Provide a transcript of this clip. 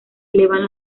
elevan